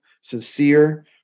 sincere